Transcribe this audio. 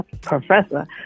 professor